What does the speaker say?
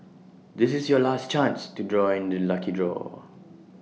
this is your last chance to join the lucky draw